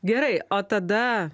gerai o tada